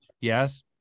Yes